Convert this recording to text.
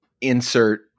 insert